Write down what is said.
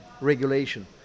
regulation